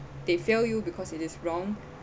they failed you because it is wrong